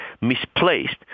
misplaced